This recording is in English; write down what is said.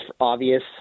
obvious